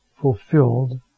fulfilled